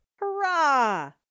hurrah